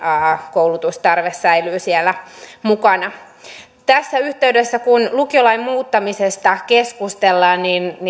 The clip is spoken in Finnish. koulutustarve säilyy siellä mukana tässä yhteydessä kun lukiolain muuttamisesta keskustellaan